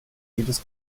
jedes